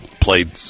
played